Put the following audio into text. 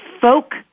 folk